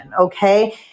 okay